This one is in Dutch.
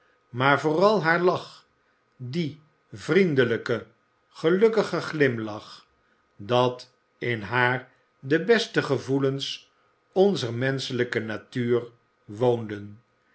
maar vooral haar lach die vriendelijke gelukkige glimlach dat in haar de beste gevoelens onzer menschelijke natuur woonden